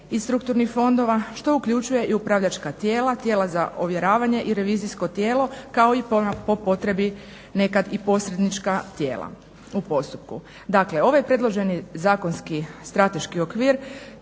iz strukturnih fondova što uključuje i upravljačka tijela, tijela za ovjeravanje i revizijsko tijelo kao i po potrebi nekad i posrednička tijela u postupku. Dakle, ovaj predloženi zakonski strateški okvir